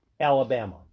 Alabama